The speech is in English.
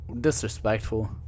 disrespectful